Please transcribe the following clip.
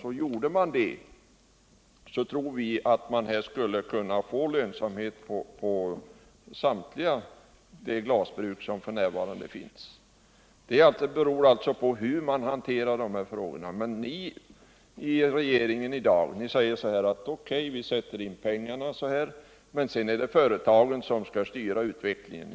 Vi tror att regeringen, om den gjorde det, skulle kunna få lönsamhet på samtliga de glasbruk som f. n. finns — allt beror på hur man hanterar dessa frågor. Men regeringen säger i dag: O.K., vi går in med stöd här, men sedan är det företagen som skall styra utvecklingen.